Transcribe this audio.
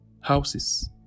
houses